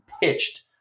pitched